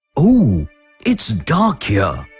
um it's dark here.